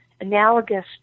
analogous